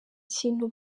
kintu